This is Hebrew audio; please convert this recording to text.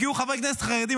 הגיעו חברי כנסת חרדים,